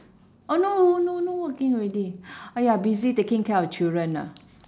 oh no no no no working already !aiya! busy taking care of children ah